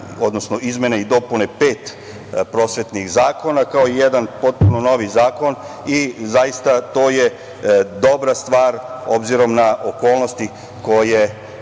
odnosno izmene i dopune pet prosvetnih zakona, kao jedan potpuno novi zakon i zaista to je dobra stvar obzirom na okolnosti kojima je